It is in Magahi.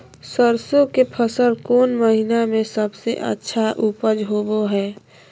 सरसों के फसल कौन महीना में सबसे अच्छा उपज होबो हय?